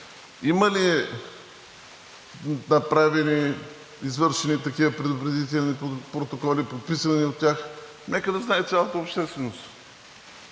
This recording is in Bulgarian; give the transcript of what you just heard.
има ли направени, извършени такива предупредителни протоколи, подписани от тях? Нека да знае цялата общественост…